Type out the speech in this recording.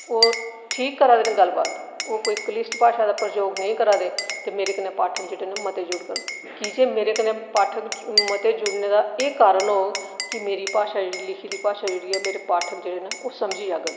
ओह् ठीक करा दे न गल्ल बात ओह् कोई कलिश्ट भाशा दा प्रयोग नेईं करा दे ते मेरे कन्नै पाठक जेह्डे़ न मते जुड़ङन की जे मेरे कन्नै पाठक मते जुड़ने दा एह् कारण होग कि मेरी भाशा जेह्ड़ी ऐ लिखी दी भाशा जेह्ड़ी ऐ मेरे पाठक जेह्डे़ न ओह् समझी जाङन